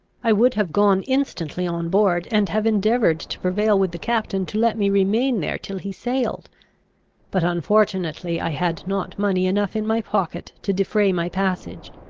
i would have gone instantly on board, and have endeavoured to prevail with the captain to let me remain there till he sailed but unfortunately i had not money enough in my pocket to defray my passage.